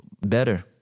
Better